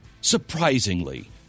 Surprisingly